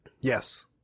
Yes